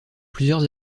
plusieurs